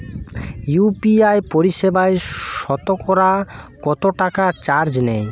UPI পরিসেবায় সতকরা কতটাকা চার্জ নেয়?